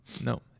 no